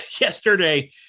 yesterday